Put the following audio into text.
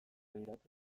lirateke